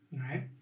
Right